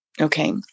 okay